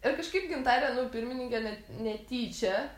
ir kažkaip gintarė nu pirmininkė ne netyčia